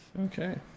Okay